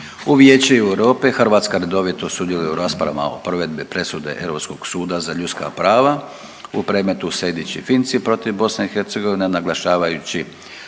U Vijeće EU Hrvatska redovito sudjeluje u raspravama o prve dve presude Europskog suda za ljudska prava u predmetu Sejdić i Finci protiv BiH naglašavajući